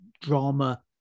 drama